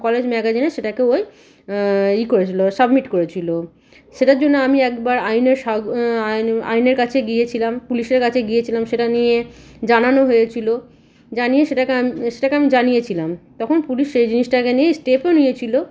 college ম্যাগাজিনে সেটাকে ও ই করেছিলো সাবমিট করেছিলো সেটার জন্য আমি একবার আইনের সাগ আইন আইনের কাছে গিয়েছিলাম পুলিশের কাছে গিয়েছিলাম সেটা নিয়ে জানানো হয়েচিলো জানিয়ে সেটাকে সেটাকে আমি জানিয়েছিলাম তখন পুলিশ সেই জিনিসটাকে নিয়ে স্টেপও নিয়েছিলো